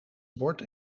bord